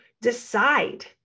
Decide